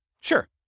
Sure